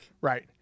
right